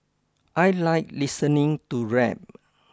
I like listening to rap